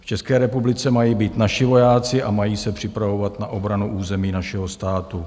V České republice mají být naši vojáci a mají se připravovat na obranu území našeho státu.